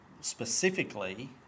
specifically